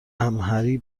امهری